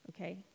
Okay